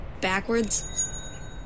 backwards